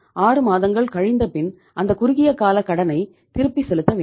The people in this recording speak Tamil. ஆறு மாதங்கள் கழிந்த பின் அந்தக் குறுகிய கால கடனை திருப்பி செலுத்த வேண்டும்